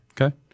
Okay